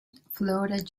floated